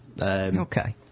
Okay